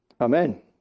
Amen